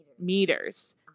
meters